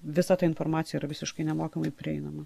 visa ta informacija yra visiškai nemokamai prieinama